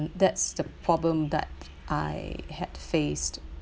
that's the problem that I had faced